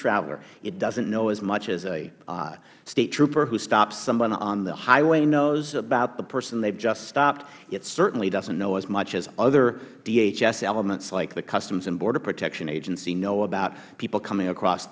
traveler it doesn't know as much as a state trooper who stops someone on the highway knows about the person they have just stopped it certainly doesn't know as much as other dhs elements like the customs and border protection agency know about people coming across